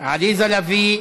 עליזה לביא,